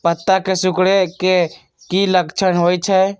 पत्ता के सिकुड़े के की लक्षण होइ छइ?